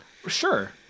Sure